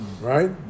right